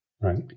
Right